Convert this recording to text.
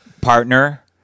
partner